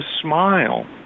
smile